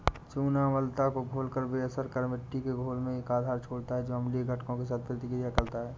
चूना अम्लता को घोलकर बेअसर कर मिट्टी के घोल में एक आधार छोड़ता है जो अम्लीय घटकों के साथ प्रतिक्रिया करता है